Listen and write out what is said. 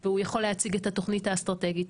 והוא יכול להציג את התוכנית האסטרטגית.